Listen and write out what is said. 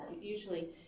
Usually